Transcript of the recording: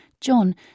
John